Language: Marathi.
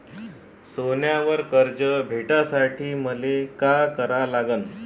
सोन्यावर कर्ज भेटासाठी मले का करा लागन?